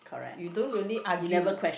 you don't really argue